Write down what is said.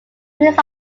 police